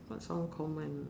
what's uncommon